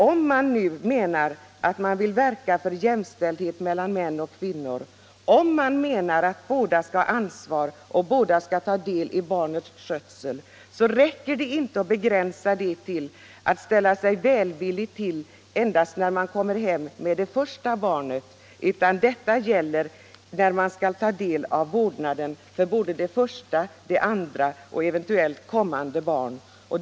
Om man nu vill verka för jämställdhet mellan män och kvinnor och för att båda skall ha ansvar och båda ta del i barnets skötsel, då räcker det inte att ställa sig välvillig när det gäller endast det första barnet. Det måste gälla även det andra, tredje och kommande barn.